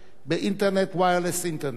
באינטרנט בלי קווים.